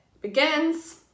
begins